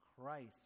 Christ